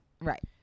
Right